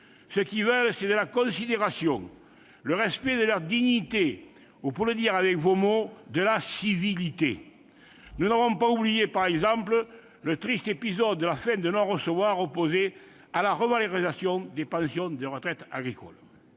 concitoyens veulent, c'est de la considération, le respect de leur dignité ou, pour le dire avec vos mots, de la « civilité ». Nous n'avons pas oublié, par exemple, le triste épisode de la fin de non-recevoir opposée à la revalorisation des pensions de retraite agricole.